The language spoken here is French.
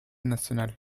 nationale